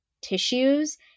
tissues